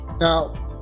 Now